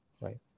right